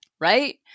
Right